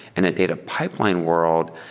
in a data pipeline world,